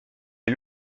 est